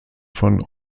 von